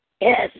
Yes